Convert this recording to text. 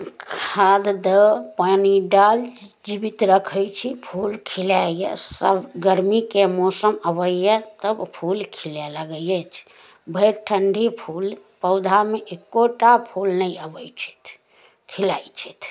खाद धऽ पानि डालि जीवित रखय छी फूल खिलाइए सभ गरमीके मौसम अबैए तब फूल खिलय लागय अछि भरि ठण्डी फूल पौधामे एकोटा फूल नहि अबय छथि खिलय छथि